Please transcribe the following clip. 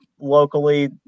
locally